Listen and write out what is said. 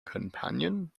companion